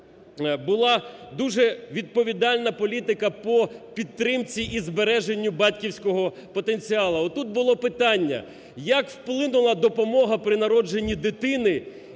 була дуже відповідальна політика по підтримці і збереженню батьківського потенціалу. А отут було питання: як вплинула допомога при народженні дитини,